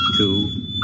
Two